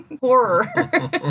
horror